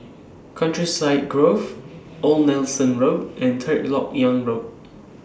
Countryside Grove Old Nelson Road and Third Lok Yang Road